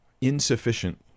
insufficient